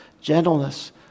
gentleness